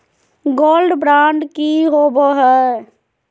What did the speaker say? Gold bond की होबो है?